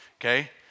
Okay